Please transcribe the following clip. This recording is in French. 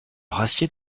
rassied